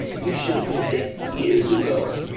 you should've been dead years ago.